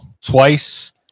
twice